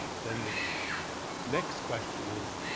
then the next question is,